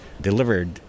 delivered